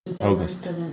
August